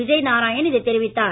விஜய் நாராயண் இதை தெரிவித்தார்